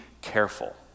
careful